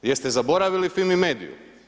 Jeste zaboravili FIMI MEDIU?